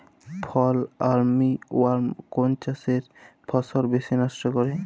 ফল armyworm কোন চাষের ফসল বেশি নষ্ট করে?